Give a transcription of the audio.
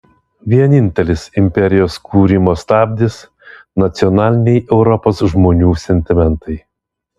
vienintelis imperijos kūrimo stabdis nacionaliniai europos žmonių sentimentai